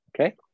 okay